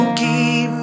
keep